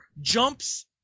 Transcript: jumps